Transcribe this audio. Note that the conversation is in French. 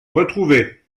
retrouvés